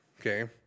okay